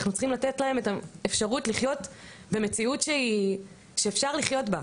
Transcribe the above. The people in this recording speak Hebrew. אלא לתת להם מציאות שאפשר לחיות בה.